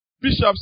Bishop's